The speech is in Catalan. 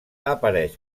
apareix